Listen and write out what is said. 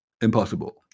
impossible